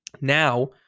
Now